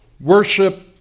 worship